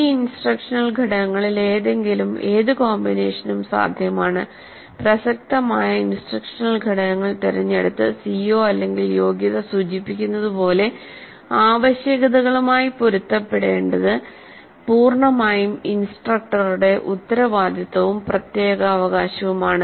ഈ ഇൻസ്ട്രക്ഷണൽ ഘടകങ്ങളിൽ ഏതെങ്കിലും ഏത് കോമ്പിനേഷനും സാധ്യമാണ് പ്രസക്തമായ ഇൻസ്ട്രക്ഷണൽ ഘടകങ്ങൾ തിരഞ്ഞെടുത്ത് CO യോഗ്യത സൂചിപ്പിക്കുന്നത് പോലെ ആവശ്യകതകളുമായി പൊരുത്തപ്പെടുത്തേണ്ടത് പൂർണ്ണമായും ഇൻസ്ട്രക്ടറുടെ ഉത്തരവാദിത്തവും പ്രത്യേകാവകാശവുമാണ്